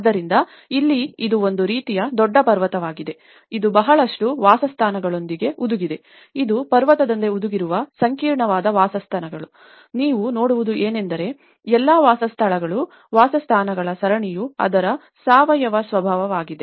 ಆದ್ದರಿಂದ ಇಲ್ಲಿ ಇದು ಒಂದು ರೀತಿಯ ದೊಡ್ಡ ಪರ್ವತವಾಗಿದೆ ಇದು ಬಹಳಷ್ಟು ವಾಸಸ್ಥಾನಗಳೊಂದಿಗೆ ಹುದುಗಿದೆ ಇದು ಪರ್ವತದಂತೆ ಹುದುಗಿರುವ ಸಂಕೀರ್ಣವಾದ ವಾಸಸ್ಥಾನಗಳು ನೀವು ನೋಡುವುದು ಏನೆಂದರೆ ಎಲ್ಲಾ ವಾಸಸ್ಥಳಗಳು ವಾಸಸ್ಥಾನಗಳ ಸರಣಿಯು ಅದರ ಸಾವಯವ ಸ್ವಭಾವವಾಗಿದೆ